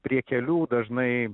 prie kelių dažnai